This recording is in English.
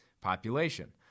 population